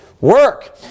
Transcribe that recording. work